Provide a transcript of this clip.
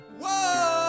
Whoa